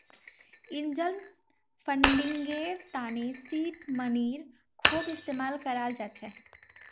angel फंडिंगर तने seed मनीर खूब इस्तमाल कराल जा छेक